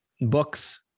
books